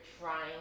trying